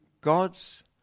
God's